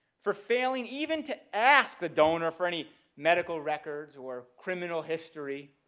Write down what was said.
for failing even to ask the donor for any medical records or criminal history,